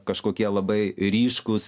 kažkokie labai ryškūs